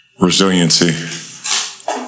Resiliency